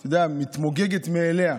שאתה יודע, מתמוגגת מאליה,